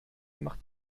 macht